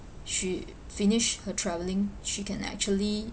she finished her travelling she can actually